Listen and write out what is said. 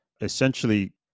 essentially